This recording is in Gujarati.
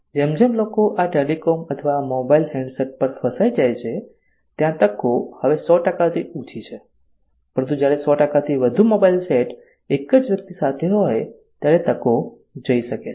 જેમ જેમ લોકો આ ટેલિકોમ અથવા મોબાઈલ હેન્ડસેટ પર ફસાઈ જાય છે ત્યાં તકો હવે 100 થી ઓછી છે પરંતુ જ્યારે 100 થી વધુ મોબાઈલ સેટ એક જ વ્યક્તિ સાથે હોય ત્યારે તકો જઈ શકે છે